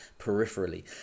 peripherally